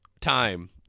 time